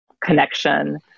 connection